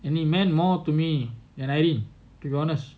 and he meant more to me and I really to be honest